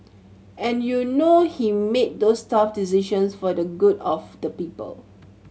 and you know he made those tough decisions for the good of the people